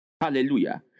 Hallelujah